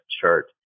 chart